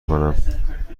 کنم